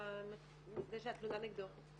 זה שהתלונה נגדו.